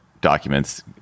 documents